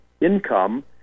income